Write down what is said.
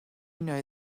know